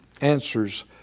answers